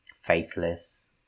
Faithless